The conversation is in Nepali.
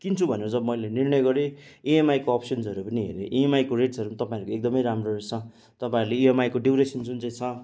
किन्छु भनेर जब मैले निर्णय गरेँ ए एमआईको अप्सन्सहरू पनि हेरेँ इएमआइको रेट्सहरू पनि तपाईँहरूको एकदमै राम्रो रहेछ तपाईँहरूले इएमआईको ड्युरेसन जुन चाहिँ छ